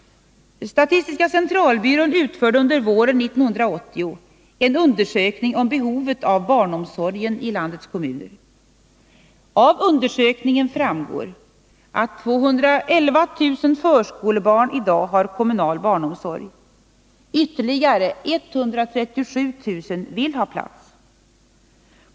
Statistiska centralbyrån utförde under våren 1980 en undersökning om behovet av barnomsorg i landets kommuner. Av undersökningen framgår att 211 000 förskolebarn i dag har kommunal barnomsorg. Ytterligare 137 000 vill ha plats.